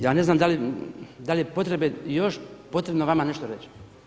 Ja ne znam da li je još potrebno vama nešto reći.